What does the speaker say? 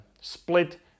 split